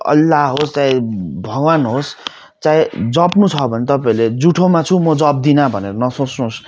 अल्ला होस् चाहे भगवान् होस् चाहे जप्नु छ भने तपाईँहरूले जुठोमा छु म जप्दिनँ भनेर नसोच्नु होस्